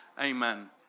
Amen